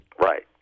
Right